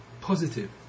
positive